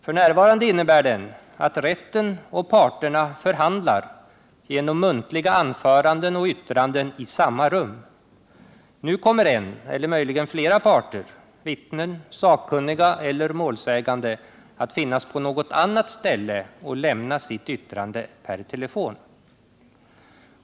F. n. innebär den att rätten och parterna förhandlar genom muntliga anföranden och yttranden i samma rum; nu kommer en eller möjligen flera parter — vittnen, sakkunniga eller målsägande — att finnas på något annat ställe och lämna sitt yttrande per telefon.